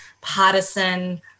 partisan